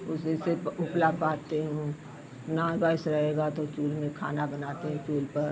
उसी से उ उपला पाथते हूँ ना गैस रहेगा तो चूल में खाना बनाते चूल पर